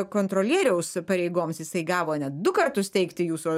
kontrolieriaus pareigoms jisai gavo net du kartus teikti jūsų